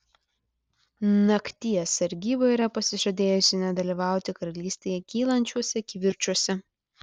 nakties sargyba yra pasižadėjusi nedalyvauti karalystėje kylančiuose kivirčuose